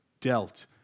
dealt